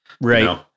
Right